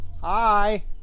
Hi